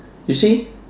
you see